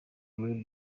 muri